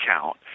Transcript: count